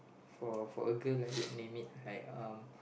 for for a girl I would it like um